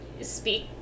speak